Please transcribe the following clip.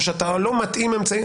או שאתה לא מתאים אמצעים,